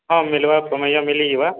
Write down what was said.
ହଁ ମିଲ୍ବା ପ୍ରମେୟ ମିଲିଯିବା